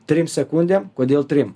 trim sekundėm kodėl trim